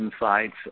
insights